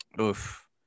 oof